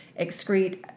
excrete